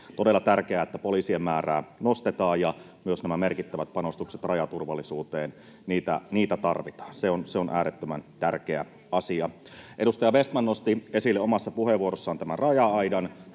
todella tärkeää, että poliisien määrää nostetaan, ja myös näitä merkittäviä panostuksia rajaturvallisuuteen tarvitaan. Se on äärettömän tärkeä asia. Edustaja Vestman nosti esille omassa puheenvuorossaan tämän raja-aidan.